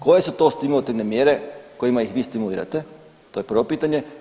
Koje su to stimulativne mjere kojima ih vi stimulirate, to je prvo pitanje?